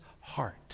heart